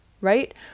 right